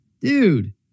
Dude